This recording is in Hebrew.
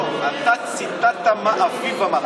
לא, לא, לא, אתה ציטטת מה אביו אמר.